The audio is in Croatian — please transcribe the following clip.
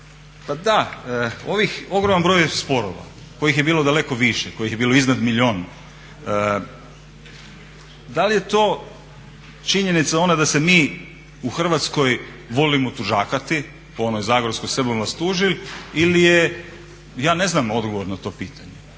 Pa da, ogroman broj sporova koji je bilo daleko više, kojih je bilo iznad milijun. Da li je to činjenica ona da se mi u Hrvatskoj volimo tužakati, po onoj zagorskoj "Se bu vas tužil" ili je, ja ne znam odgovor na to pitanje